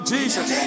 Jesus